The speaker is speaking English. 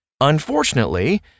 Unfortunately